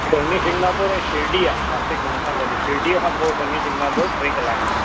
शनी शिंगापुर ऐं शिरडी आहे नासिकु उन सां गॾु शिरडीअ खां पोइ शनी शिंगापुर टे कलाक